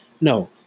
No